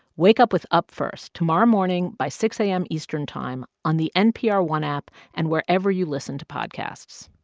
wake up with up first tomorrow morning by six a m. eastern time on the npr one app and wherever you listen to podcasts